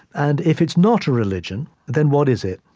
and if it's not a religion, then what is it?